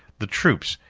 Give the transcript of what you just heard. the troops,